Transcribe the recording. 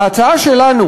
ההצעה שלנו